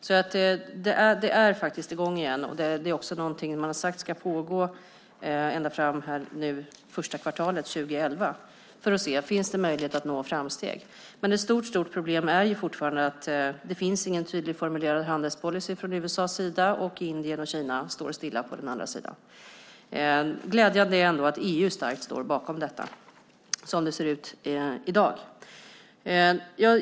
Det är alltså i gång igen, och det är någonting som man har sagt ska pågå första kvartalet 2011 för att se om det finns möjlighet att nå framsteg. Ett stort problem är fortfarande att det inte finns någon tydligt formulerad handelspolicy från USA:s sida, och Indien och Kina står stilla på den andra sidan. Glädjande är ändå att EU starkt står bakom detta, som det ser ut i dag.